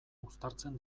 uztartzen